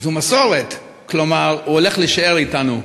זו מסורת, כלומר הוא הולך להישאר אתנו.